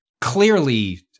clearly